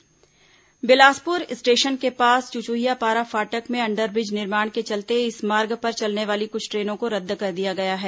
train रद्द Bilaspur station के पास चुचुहियापारा फाटक में अंडरब्रिज निर्माण के चलते इस मार्ग पर चलने वाली कुछ ट्रेनों को रद्द कर दिया गया है